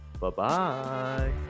Bye-bye